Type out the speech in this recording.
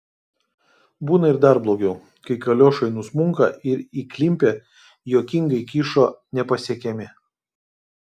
būna ir dar blogiau kai kaliošai nusmunka ir įklimpę juokingai kyšo nepasiekiami